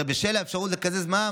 הרי שבשל האפשרות לקזז מע"מ,